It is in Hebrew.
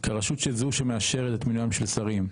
לרשות שמאשרת את מינויים של שרים,